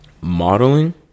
modeling